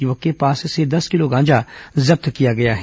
युवक के पास से दस किलो गांजा जब्त किया गया है